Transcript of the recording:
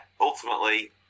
ultimately